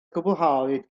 gwblhawyd